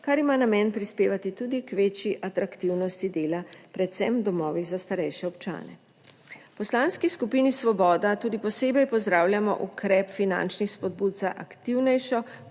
kar ima namen prispevati tudi k večji atraktivnosti dela, predvsem v domovih za starejše občane. V Poslanski skupini Svoboda tudi posebej pozdravljamo ukrep finančnih spodbud za aktivnejšo